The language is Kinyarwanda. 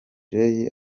jay